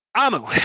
Amu